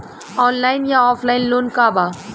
Online या offline loan का बा?